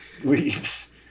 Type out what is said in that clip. leaves